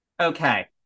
okay